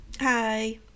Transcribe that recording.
Hi